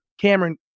Cameron